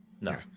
No